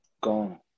gone